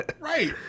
Right